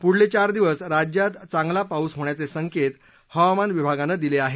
पुढले चार दिवस राज्यात चांगला पाऊस होण्याचे संकेत हवामान विभागानं दिले आहेत